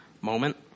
moment